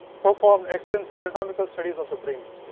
performed extensive anatomical studies of the brain.